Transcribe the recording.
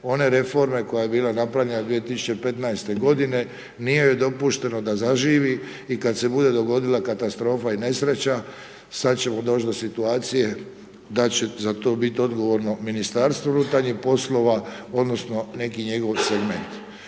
one reforme koje ja bila napravljana 2015. g. nije joj dopušteno da zaživi i kada se bude dogodila katastrofa i nesreća sada ćemo doći do situacije da će za to biti odgovorno MUP, odnosno neki njegov segment.